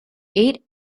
eight